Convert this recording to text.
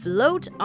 Float